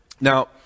Now